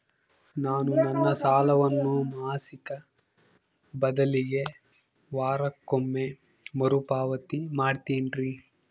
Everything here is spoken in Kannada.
ನಾನು ನನ್ನ ಸಾಲವನ್ನು ಮಾಸಿಕ ಬದಲಿಗೆ ವಾರಕ್ಕೊಮ್ಮೆ ಮರುಪಾವತಿ ಮಾಡ್ತಿನ್ರಿ